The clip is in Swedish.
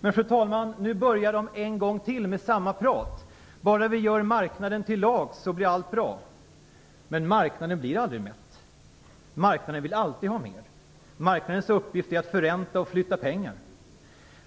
Men, fru talman, nu börjar man en gång till med samma prat. Bara vi gör marknaden till lags blir allt bra. Men marknaden blir aldrig mätt. Marknaden vill alltid ha mer. Marknadens uppgift är att förränta och flytta pengar.